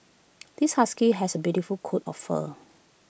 this husky has A beautiful coat of fur